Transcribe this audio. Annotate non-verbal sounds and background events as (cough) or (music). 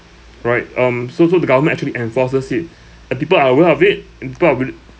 right um so so the government actually enforces it (breath) and people are aware of it and people are willing